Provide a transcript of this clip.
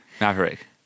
Maverick